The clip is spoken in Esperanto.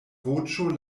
voĉo